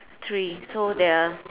three so there are